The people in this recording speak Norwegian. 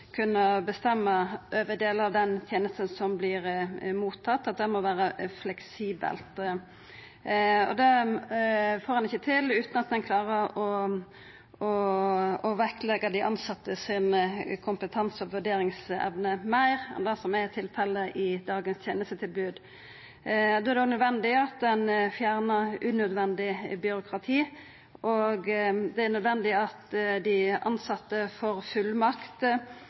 kunna bestemma over delar av tenesta – at tenesta må vera fleksibel. Det får ein ikkje til utan at ein klarer å vektleggja kompetansen og vurderingsevna til dei tilsette meir enn det som er tilfellet i dagens tenestetilbod. Det er da nødvendig at ein fjernar unødvendig byråkrati, og det er nødvendig at dei tilsette får fullmakt